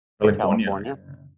California